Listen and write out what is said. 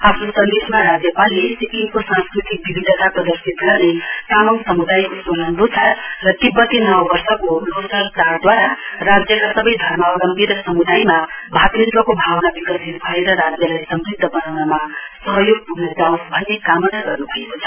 आफ्नो सन्देशमा राज्यपालले सिक्किमको सांस्कृतिक विविधता प्रदर्शित गर्ने तामाङ समुदायको सोनाम लोछार र तिब्बती नव वर्षको लोसर चाडदवारा राज्यका सबै धर्मावलम्बी र समुदायमा भातृत्वको भावना विकसित भएर राज्यलाई समुद्ध बनाउनमा सहयोग पुग्न जाओस् भन्ने कामना गर्नु भएको छ